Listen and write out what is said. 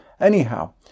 Anyhow